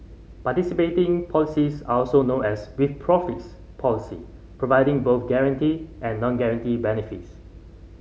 participating policies are also known as with profits police providing both guaranteed and non guaranteed benefits